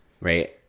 right